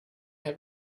have